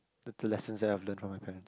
the the lessons that I've learnt from my parents